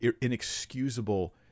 inexcusable